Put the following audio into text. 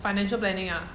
financial planning ah